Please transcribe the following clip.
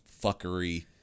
fuckery